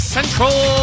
Central